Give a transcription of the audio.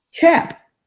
cap